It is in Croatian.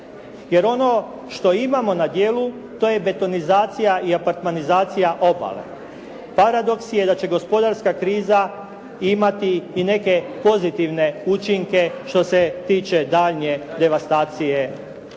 jer ono što imamo na djelu, to je betonizacija i apartmanizacija obale. Paradoks je da će gospodarska kriza imati i neke pozitivne učinke što se tiče daljnje devastacije